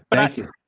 but thank you.